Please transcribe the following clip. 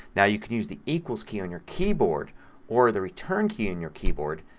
now you can use the equals key on your keyboard or the return key on your keyboard